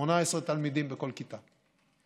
18 תלמידים בכל כיתה.